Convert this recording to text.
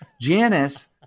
Janice